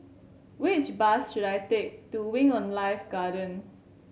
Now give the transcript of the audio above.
which bus should I take to Wing On Life Garden